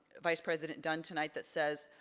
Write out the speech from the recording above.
vice president dunn tonight that says,